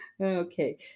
Okay